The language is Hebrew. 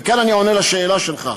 וכאן אני עונה על השאלה שלך.